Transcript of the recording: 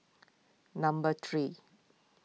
number three